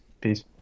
Peace